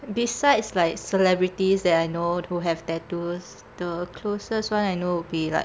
besides like celebrities that I know who have tattoos the closest one I know would be like